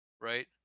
right